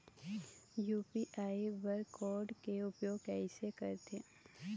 UPI bar code के उपयोग कैसे करथें?